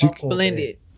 blended